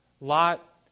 Lot